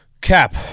Cap